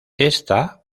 esta